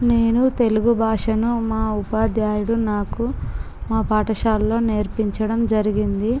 నేను తెలుగు భాషను మా ఉపాధ్యాయుడు నాకు మా పాఠశాలలో నేర్పించడం జరిగింది